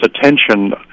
attention